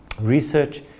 Research